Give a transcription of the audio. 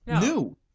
new